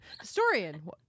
historian